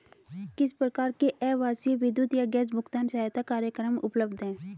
किस प्रकार के आवासीय विद्युत या गैस भुगतान सहायता कार्यक्रम उपलब्ध हैं?